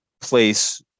place